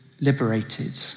liberated